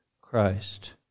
Christ